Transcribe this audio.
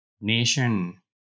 Nation